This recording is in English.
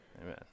Amen